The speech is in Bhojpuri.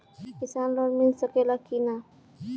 किसान लोन मिल सकेला कि न?